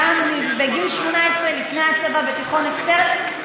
וגם בגיל 18 לפני הצבא בתיכון אקסטרני,